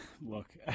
Look